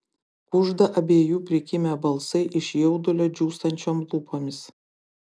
kužda abiejų prikimę balsai iš jaudulio džiūstančiom lūpomis